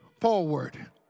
forward